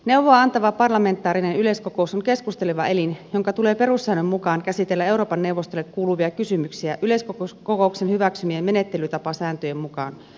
neuvoa antava parlamentaarinen yleiskokous on keskusteleva elin jonka tulee perussäännön mukaan käsitellä euroopan neuvostolle kuuluvia kysymyksiä yleiskokouksen hyväksymien menettelytapasääntöjen mukaan